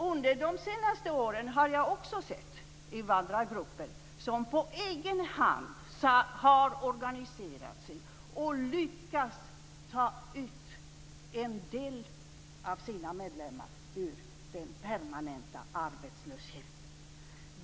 Under de senaste åren har jag också sett invandrargrupper som på egen hand har organiserat sig och lyckats ta en del av sina medlemmar ur den permanenta arbetslösheten.